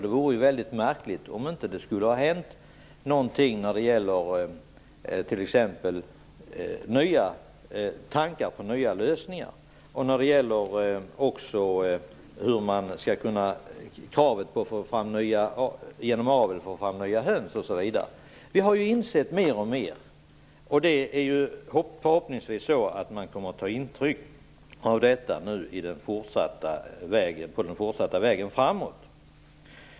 Det vore ju väldigt märkligt om det inte skulle ha hänt någonting när det gäller tankar på nya lösningar, hur man genom avel skall få fram nya höns osv. Det är helt uppenbart att man förhoppningsvis kommer att ta intryck av detta på den fortsatta vägen framåt.